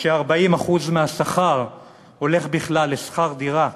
כש-40% מהשכר הולך בכלל לשכר דירה?